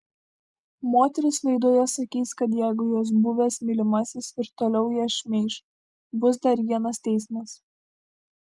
moteris laidoje sakys kad jeigu jos buvęs mylimasis ir toliau ją šmeiš bus dar vienas teismas